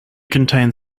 contained